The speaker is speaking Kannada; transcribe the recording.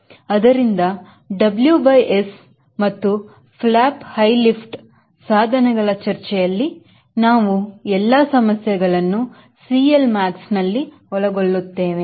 ಅದರಿಂದ W by S and flaps high lift ಸಾಧನೆಗಳ ಚರ್ಚೆಯಲ್ಲಿ ನಾವು ಎಲ್ಲಾ ಸಮಸ್ಯೆಗಳನ್ನು CLmaxನಲ್ಲಿ ಒಳಗೊಳ್ಳುತ್ತೇನೆ